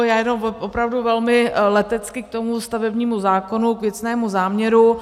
Já jenom opravdu velmi letecky k tomu stavebnímu zákonu, k věcnému záměru.